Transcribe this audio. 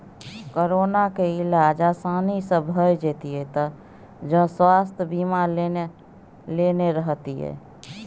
कोरोनाक इलाज आसानी सँ भए जेतियौ जँ स्वास्थय बीमा लेने रहतीह